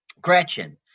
Gretchen